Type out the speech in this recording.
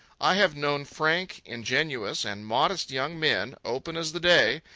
i have known frank, ingenuous, and modest young men, open as the day,